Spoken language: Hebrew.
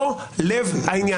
זה לב העניין.